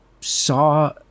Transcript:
saw